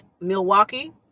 milwaukee